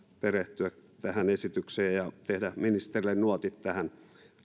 perehtyä tähän esitykseen ja tehdä ministerille nuotit tähän